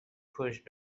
pushed